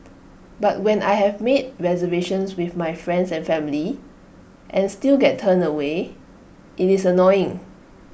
but when I have made reservations with my friends and family and still get turned away IT is annoying